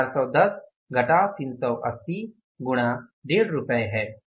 यह 410 380 गुणा 15 रुपये है